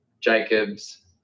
Jacobs